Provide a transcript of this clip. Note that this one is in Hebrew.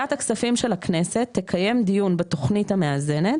ועדת הכספים של הכנסת תקיים דיון בתוכנית המאזנת,